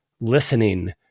listening